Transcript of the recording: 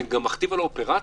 זה גם מכתיב על האופרציה